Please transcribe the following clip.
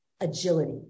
agility